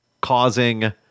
causing